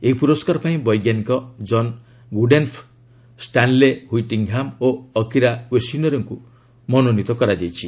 ଏହି ପୁରସ୍କାର ପାଇଁ ବୈଜ୍ଞାନିକ ଜନ୍ ଗୁଡେନଫ୍ ଷ୍ଟାନଲେ ହ୍ୱିଟିଙ୍ଗ୍ହାମ୍ ଓ ଅକିରା ଓ୍ୱେଶିନୋଙ୍କୁ ମନୋନୀତ କରାଯାଇଛି